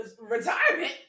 retirement